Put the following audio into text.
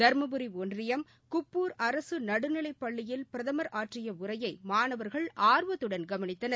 தருமபுரி ஒன்றியம் குப்பூர் அரசு நடுநிலைப் பள்ளியில் பிரதமர் ஆற்றிய உரையை மாணவர்கள் ஆர்வத்துடன் கவனித்தனர்